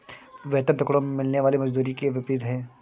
वेतन टुकड़ों में मिलने वाली मजदूरी के विपरीत है